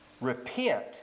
Repent